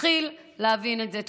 תתחיל להבין את זה.